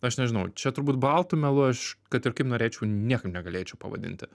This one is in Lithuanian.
aš nežinau čia turbūt baltu melu aš kad ir kaip norėčiau niekaip negalėčiau pavadinti